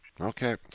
Okay